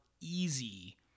easy